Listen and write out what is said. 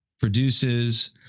produces